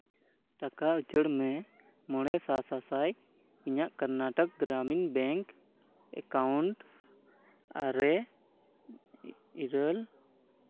ᱴᱟᱠᱟ ᱩᱪᱟᱹᱲ ᱢᱮ ᱢᱚᱬᱮ ᱥᱟᱼᱥᱟᱥᱟᱭ ᱤᱧᱟᱹᱜ ᱠᱚᱨᱱᱟᱴᱚᱠ ᱜᱨᱟᱢᱤᱱ ᱵᱮᱝᱠ ᱮᱠᱟᱣᱩᱱᱴ ᱟᱨᱮ ᱤᱨᱟᱹᱞ